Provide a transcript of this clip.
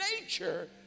nature